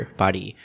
body